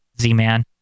Z-Man